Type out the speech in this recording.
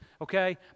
okay